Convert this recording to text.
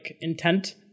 intent